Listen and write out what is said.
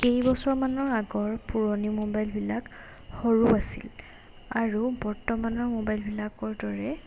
কেইবছৰমানৰ আগৰ পুৰণি মোবাইলবিলাক সৰু আছিল আৰু বৰ্তমানৰ মোবাইলবিলাকৰ দৰে